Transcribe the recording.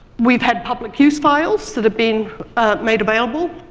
we've had public use files that have been made available.